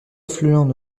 affluent